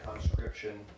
conscription